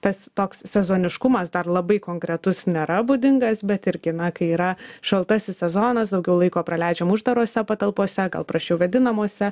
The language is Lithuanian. tas toks sezoniškumas dar labai konkretus nėra būdingas bet irgi na kai yra šaltasis sezonas daugiau laiko praleidžiam uždarose patalpose gal prasčiau vėdinamose